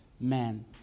man